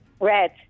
Red